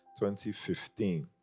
2015